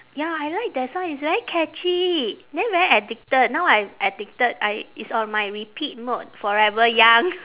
ya I like their song it's very catchy then very addicted now I addicted I it's on my repeat mode forever young